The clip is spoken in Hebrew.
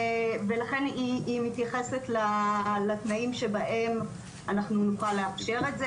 ולכן היא מתייחסת לתנאים שבהם אנחנו נוכל לאפשר את זה,